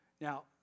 Now